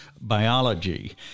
biology